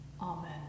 Amen